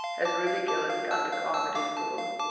has ruby gillis got the carmody school?